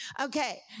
Okay